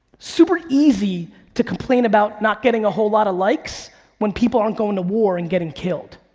super easy to complain about not getting a whole lotta likes when people aren't going to war and getting killed.